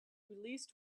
released